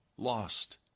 lost